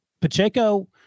pacheco